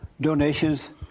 donations